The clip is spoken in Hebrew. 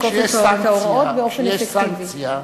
שתהיה סנקציה,